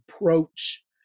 approach